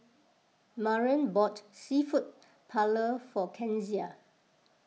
Maren bought Seafood Paella for Kenzie